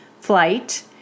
flight